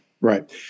Right